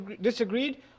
disagreed